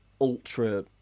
ultra